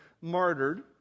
martyred